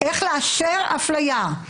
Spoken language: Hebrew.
איך לאשר הפליה.